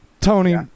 Tony